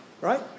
right